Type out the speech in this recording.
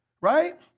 right